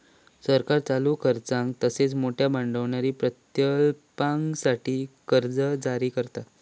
सरकार चालू खर्चाक तसेच मोठयो भांडवली प्रकल्पांसाठी कर्जा जारी करता